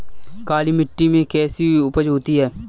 काली मिट्टी में कैसी उपज होती है?